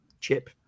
chip